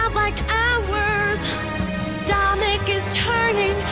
um like hours stomach is turning